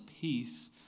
peace